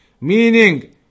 meaning